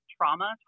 trauma